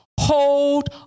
Hold